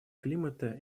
климата